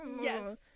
yes